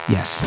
Yes